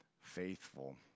faithful